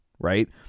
Right